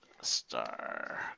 Star